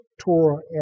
Torah